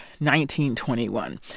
1921